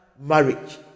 marriage